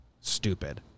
Stupid